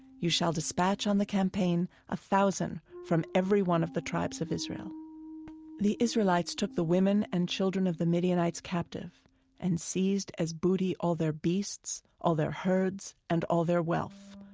you shall dispatch on the campaign a thousand from every one of the tribes of israel the israelites took the women and children of the midianites captive and seized as booty all their beasts, all their herds, and all their wealth.